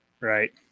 right